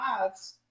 lives-